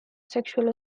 sexual